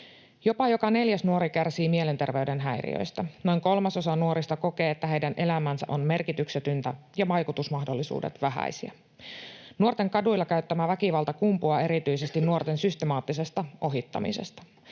Jopa joka neljäs nuori kärsii mielenterveyden häiriöistä. Noin kolmasosa nuorista kokee, että heidän elämänsä on merkityksetöntä ja vaikutusmahdollisuudet vähäisiä. Nuorten kaduilla käyttämä väkivalta kumpuaa erityisesti nuorten systemaattisesta ohittamisesta.